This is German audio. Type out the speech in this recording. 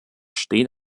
steht